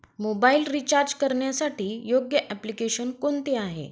Mobile recharge करण्यासाठी योग्य application कोणते आहे?